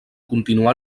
continuà